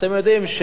אתם יודעים,